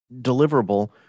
deliverable